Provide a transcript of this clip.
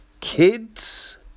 Kids